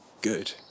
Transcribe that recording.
good